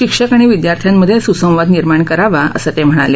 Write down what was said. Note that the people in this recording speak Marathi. शिक्षक आणि विद्यार्थ्यांमधे सुसंवाद निर्माण करावा असं ते म्हणाले